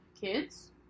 kids